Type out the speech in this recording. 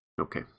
okay